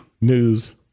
news